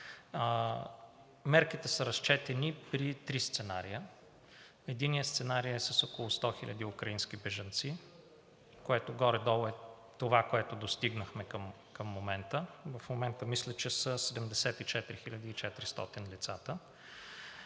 Мерките са разчетени при три сценария. Единият сценарий е с около 100 хиляди украински бежанци, което горе-долу е това, което достигнахме към момента. В момента мисля, че са 74 хил. и 400 лицата.